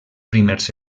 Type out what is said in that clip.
primers